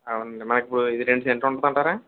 అవునులే మనకిప్పుడు ఇది అంటారా